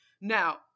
Now